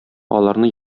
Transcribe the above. аларны